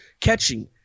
catching